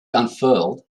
unfurled